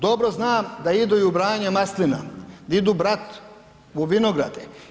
Dobro znam i da idu i u branje maslina, idu brat u vinograde.